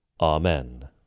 Amen